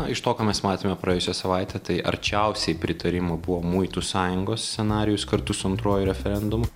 iš to ką mes matėme praėjusią savaitę tai arčiausiai pritarimų po muitų sąjungos scenarijus kartu su antruoju referendumu